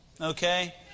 okay